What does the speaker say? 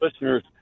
listeners